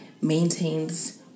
maintains